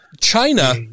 China